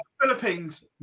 Philippines